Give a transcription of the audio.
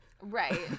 Right